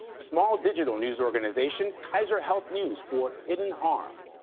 small digital news organization kaiser health news for hidden harm.